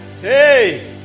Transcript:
Hey